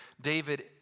David